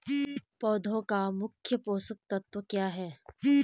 पौधें का मुख्य पोषक तत्व क्या है?